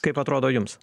kaip atrodo jums